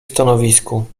stanowisku